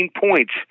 points